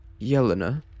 Yelena